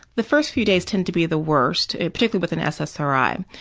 the first few days tend to be the worst, particularly with an ssri.